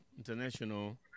International